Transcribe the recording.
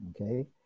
Okay